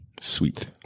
sweet